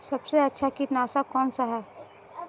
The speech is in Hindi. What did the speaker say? सबसे अच्छा कीटनाशक कौनसा है?